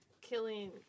Killing